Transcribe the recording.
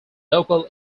local